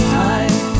time